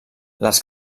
les